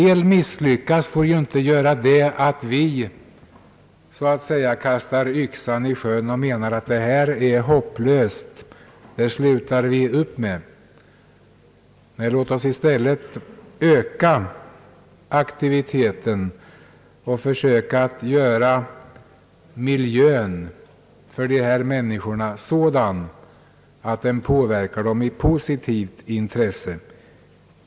Vi får inte kasta yxan i sjön och mena att situationen är hopplös, därför att en del misslyckas. Låt oss i stället öka aktiviteten och försöka att utforma miljön för dem så att den påverkar dem i positiv riktning.